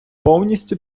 повністю